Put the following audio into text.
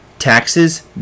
Taxes